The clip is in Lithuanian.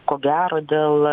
ko gero dėl